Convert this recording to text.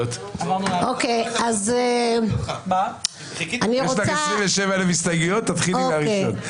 יש לך 27,000 הסתייגויות, תתחילי מהראשונה.